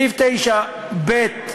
סעיף 9ב(ה)